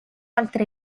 altre